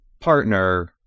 partner